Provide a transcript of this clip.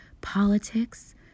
politics